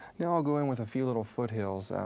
now i'll go in with a few little foot hills.